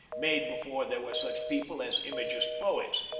made before there were such people as imagist poets.